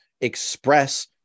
express